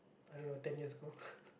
I don't know ten years ago